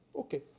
okay